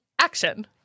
Action